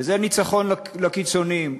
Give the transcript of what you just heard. וזה ניצחון לקיצונים.